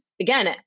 again